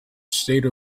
state